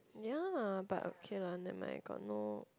ya but okay lah never mind I got no